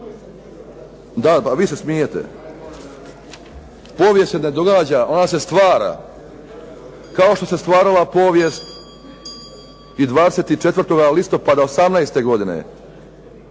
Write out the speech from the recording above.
čuje./… Vi se smijete. Povijest se ne događa, ona se stvara kao što se stvarala povijest i 24. listopada 18. godine.